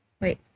wait